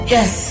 Yes